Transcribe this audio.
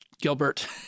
Gilbert